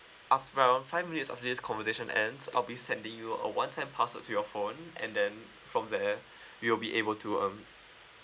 after about five minutes after this conversation ends I'll be sending you a one time password to your phone and then from there we will be able to um